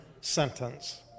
sentence